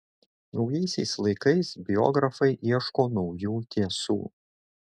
naujaisiais laikais biografai ieško naujų tiesų